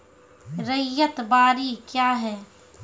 रैयत बाड़ी क्या हैं?